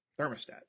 thermostat